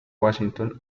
washington